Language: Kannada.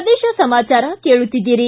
ಪ್ರದೇಶ ಸಮಾಚಾರ ಕೇಳುತ್ತಿದ್ದೀರಿ